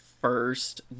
first